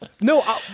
no